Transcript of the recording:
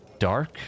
dark